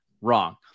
Wrong